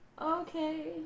Okay